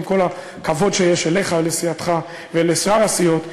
עם כל הכבוד שיש אליך ולסיעתך ולשאר הסיעות,